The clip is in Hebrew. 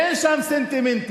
אין שם סנטימנטים,